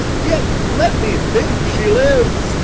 yet let me think she lives,